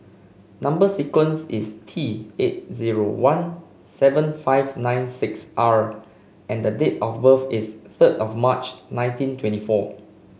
number sequence is T eight zero one seven five nine six R and date of birth is third of March nineteen twenty four